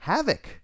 Havoc